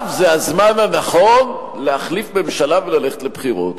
זה הזמן הנכון להחליף ממשלה וללכת לבחירות?